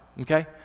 okay